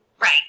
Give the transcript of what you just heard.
Right